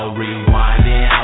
rewinding